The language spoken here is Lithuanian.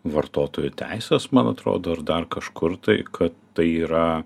vartotojų teises man atrodo ir dar kažkur tai kad tai yra